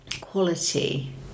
quality